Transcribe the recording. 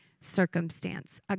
circumstance